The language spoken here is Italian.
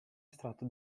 estratto